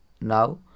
Now